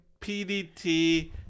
pdt